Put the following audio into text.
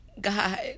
God